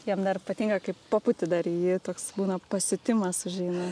jam dar patinka kai papūti dar į jį toks būna pasiutimas užeina